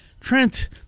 Trent